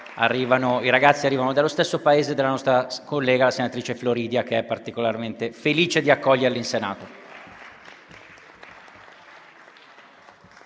i ragazzi arrivano dallo stesso paese della nostra collega, la senatrice Barbara Floridia, che è particolarmente felice di accoglierli in Senato.